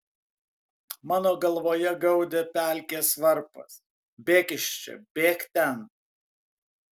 mano galvoje gaudė pelkės varpas bėk iš čia bėk ten